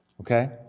okay